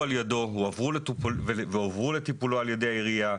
על ידו והועברו לטיפולו על ידי העירייה,